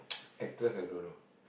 actress I don't know